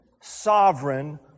sovereign